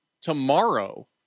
tomorrow